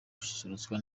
gususurutswa